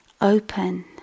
open